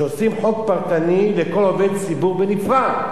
שעושים חוק פרטני לכל עובד ציבור בנפרד.